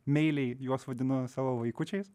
meiliai juos vadinu savo vaikučiais